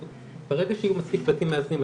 ברגע שיהיו מספיק בתים מאזנים,